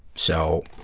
so,